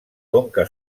conca